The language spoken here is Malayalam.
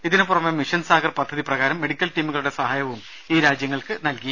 ഇതിനു പുറമെ മിഷൻ സാഗർ പദ്ധതി പ്രകാരം മെഡിക്കൽ ടീമുകളുടെ സഹായവും ഈ രാജ്യങ്ങൾക്ക് നൽകി